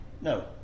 No